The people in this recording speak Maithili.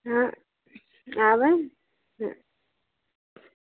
हँ आबै हँ